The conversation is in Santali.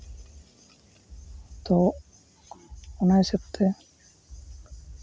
ᱛᱚ ᱚᱱᱟ ᱦᱤᱥᱟᱹᱵᱽ ᱛᱮ